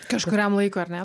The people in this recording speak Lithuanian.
kažkuriam laikui ar ne